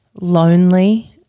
lonely